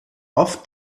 oft